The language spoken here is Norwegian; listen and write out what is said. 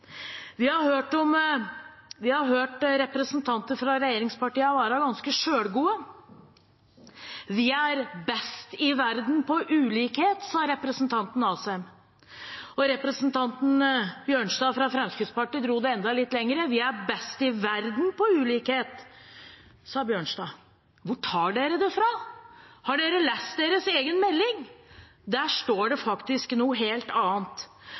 Vi har hørt representanter fra regjeringspartiene være ganske selvgode. Vi er best i Europa på ulikhet, sa representanten Asheim. Og representanten Bjørnstad fra Fremskrittspartiet dro det enda litt lenger: Vi er best i verden på ulikhet. Hvor tar de det fra? Har de lest sin egen melding? Der står det faktisk noe helt annet.